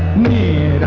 me